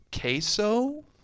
queso